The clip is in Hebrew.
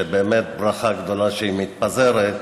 שבאמת ברכה גדולה שהיא מתפזרת,